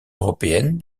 européennes